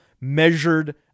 measured